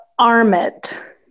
Armit